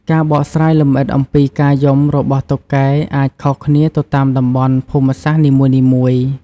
ការបកស្រាយលម្អិតអំពីការយំរបស់តុកែអាច ខុសគ្នាទៅតាមតំបន់ ភូមិសាស្ត្រនីមួយៗ។